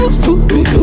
stupid